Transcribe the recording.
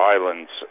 Islands